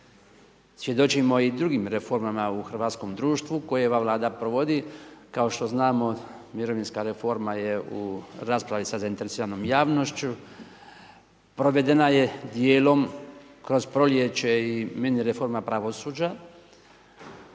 svjedočimo i drugim reformama u hrvatskom društvu koje ova Vlada provodi. Kao što znamo mirovinska reforma je u raspravi sa zainteresiranom javnošću, provedena je dijelom kroz proljeće i mini reforma pravosuđa.